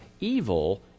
evil